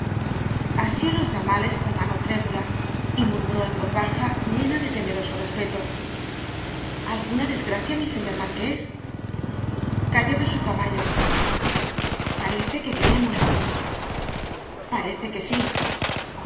asió los ramales con mano trémula y murmuró en voz baja llena de temeroso respeto alguna desgracia mi señor marqués cayó de su caballo parece que viene muerto biblioteca nacional de españa parece que sí